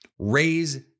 Raise